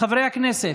חברי הכנסת.